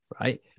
Right